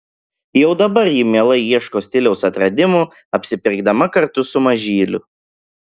jau dabar ji mielai ieško stiliaus atradimų apsipirkdama kartu su mažyliu